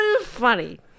Funny